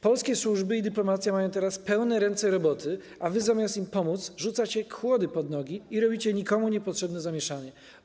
Polskie służby i dyplomacja mają teraz pełne ręce roboty, a wy zamiast im pomóc rzucacie kłody pod nogi i robicie nikomu niepotrzebne zamieszanie.